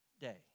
day